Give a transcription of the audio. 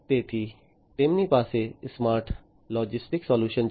તેથી તેમની પાસે સ્માર્ટ લોજિસ્ટિક્સ સોલ્યુશન્સ છે